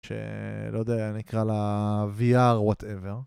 שלא יודע, נקרא לה VR Whatever